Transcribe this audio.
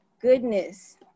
goodness